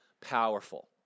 powerful